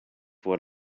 what